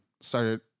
started